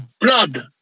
blood